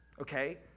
Okay